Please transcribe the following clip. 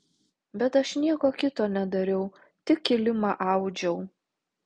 bet aš nieko kito nedariau tik kilimą audžiau